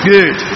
Good